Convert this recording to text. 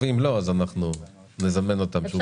ואם לא, אז אנחנו נזמן אותם שוב.